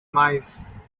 mice